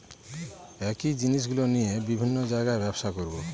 একই জিনিসগুলো নিয়ে বিভিন্ন জায়গায় ব্যবসা করবো